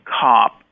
cop